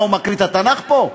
מה, הוא מקריא את התנ"ך פה?